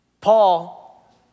Paul